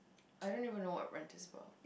I don't even know what rent is about